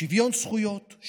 שוויון זכויות,